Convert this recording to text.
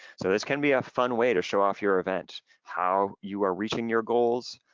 so this can be a fun way to show off your event. how you are reaching your goals,